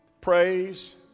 praise